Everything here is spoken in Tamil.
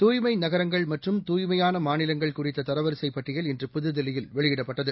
தூய்மைநகரங்கள் மற்றும் தூய்மையானமாநிலங்கள் குறித்ததரவரிசைப் பட்டியல் இன்று புதுதில்லியில் வெளியிடப்பட்டது